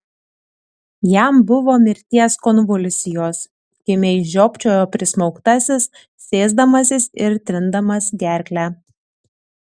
jam buvo mirties konvulsijos kimiai žiopčiojo prismaugtasis sėsdamasis ir trindamas gerklę